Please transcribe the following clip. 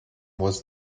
was